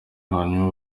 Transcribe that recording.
hanyuma